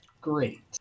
great